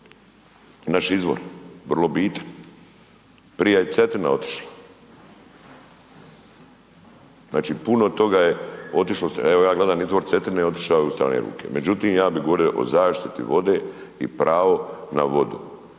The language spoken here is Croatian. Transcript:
naš izvor, vrlo bitan. Prije je Cetina otišla. Znači puno toga je otišlo. Evo ja gledam izvor Cetine otišao je u strane ruke. Međutim, ja bih govorio o zaštiti vode i pravo na vodu.